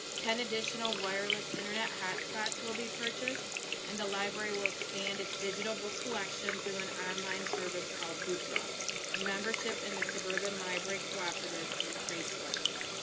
ten additional wireless internet hat spots will be purchased and the library will expand its digital book collection through an online service called hoopla and membership and the suburban library cooperative increased slightly.